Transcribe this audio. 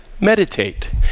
meditate